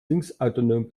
linksautonom